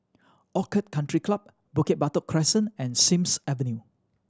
Orchid Country Club Bukit Batok Crescent and Sims Avenue